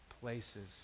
places